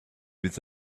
with